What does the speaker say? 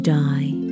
die